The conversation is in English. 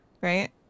right